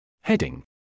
Heading